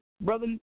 Brother